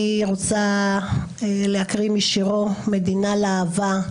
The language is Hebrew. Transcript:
אני רוצה להקריא משירו "מדינה לאהבה",